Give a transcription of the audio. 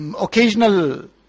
occasional